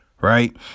right